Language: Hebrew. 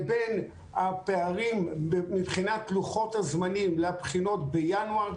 ועל העובדה שיש פערים מבחינת לוחות הזמנים לבחינות בינואר.